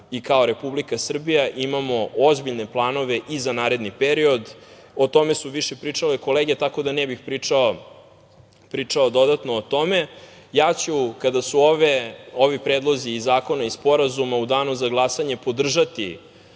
i kao Republike Srbije imamo ozbiljne planove i za naredni period. O tome su više pričale kolege, tako da ne bih pričao dodatno. Ja ću, kada su ovi predlozi zakona i sporazumi, u danu za glasanje podržati